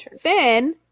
Finn